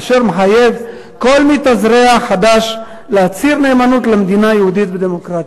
אשר מחייב כל מתאזרח חדש להצהיר נאמנות למדינה יהודית ודמוקרטית.